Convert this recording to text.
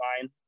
fine